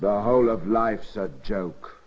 the whole of life's joke